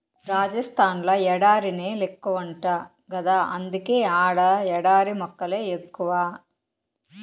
రాజస్థాన్ ల ఎడారి నేలెక్కువంట గదా అందుకే ఆడ ఎడారి మొక్కలే ఎక్కువ